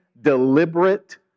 deliberate